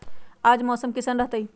आज मौसम किसान रहतै?